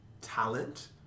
talent